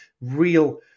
real